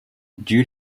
due